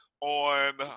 on